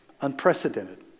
Unprecedented